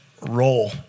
role